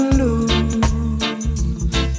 lose